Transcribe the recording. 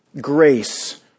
grace